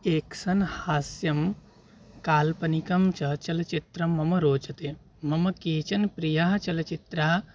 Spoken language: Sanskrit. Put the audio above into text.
एक्सन् हास्यं काल्पनिकं च चलचित्रं मम रोचते मम केचन प्रियाः चलचित्रः